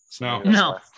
no